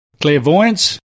Clairvoyance